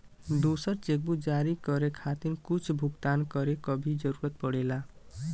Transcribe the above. दूसर चेकबुक जारी करे खातिर कुछ भुगतान करे क भी जरुरत पड़ेला